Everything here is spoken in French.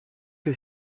que